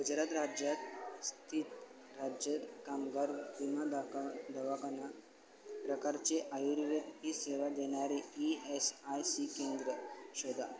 गुजरात राज्यात स्थित राज्य कामगार विमा दाका दवाखाना प्रकारचे आयुर्वेद ही सेवा देणारी ई एस आय सी केंद्र शोधा